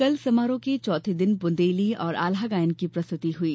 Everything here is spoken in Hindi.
कल समारोह के चौथे दिन बुंदेली और आल्हा गायन की प्रस्तुति हुई